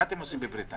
מה אתם עושים בבריטניה?